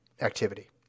activity